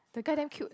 the guy damn cute